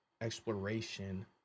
exploration